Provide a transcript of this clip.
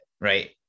right